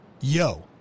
Yo